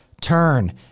turn